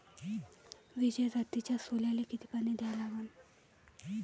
विजय जातीच्या सोल्याले किती पानी द्या लागन?